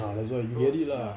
ya that's why you get it ah